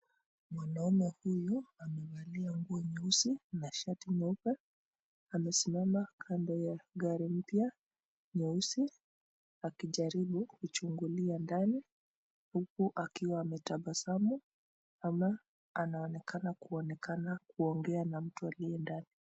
Mwanaume huyu amevalia nguo nyeusi na shati nyeupe amesimama kando ya gari mpya nyeusi akijaribu kuchungulia ndani huku akiwa ametabasamu ama aonekana akiwa ana kuonekana kuongea na mtu aliye ndani.